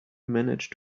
manage